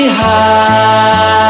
high